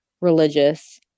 religious